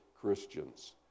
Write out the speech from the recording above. Christians